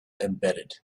embedded